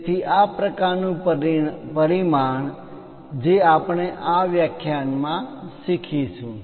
તેથી આ પ્રકારનું પરિમાણ જે આપણે આ વ્યાખ્યાનમાં શીખીશું